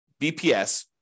BPS